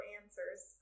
answers